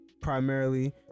primarily